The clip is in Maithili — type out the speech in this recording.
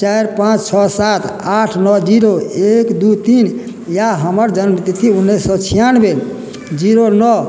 चारि पाँच छओ सात आठ नओ जीरो एक दू तीन या हमर जन्म तिथि उन्नैस सए छिआनबे जीरो नओ